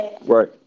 Right